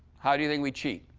how do you think we cheat?